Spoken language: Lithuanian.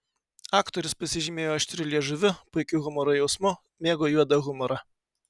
aktorius pasižymėjo aštriu liežuviu puikiu humoro jausmu mėgo juodą humorą